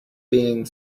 being